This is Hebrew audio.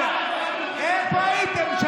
איפה הייתם?